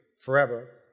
forever